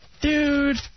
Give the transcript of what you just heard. dude